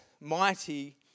mighty